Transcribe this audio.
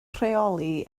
rheoli